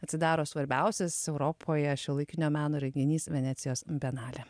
atsidaro svarbiausias europoje šiuolaikinio meno renginys venecijos bienalė